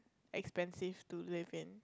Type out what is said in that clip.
expensive to live in